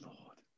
Lord